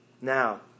Now